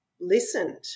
listened